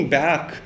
back